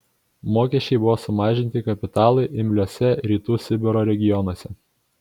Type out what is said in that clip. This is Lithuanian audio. mokesčiai buvo sumažinti kapitalui imliuose rytų sibiro regionuose